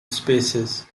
spaces